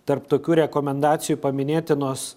tarp tokių rekomendacijų paminėtinos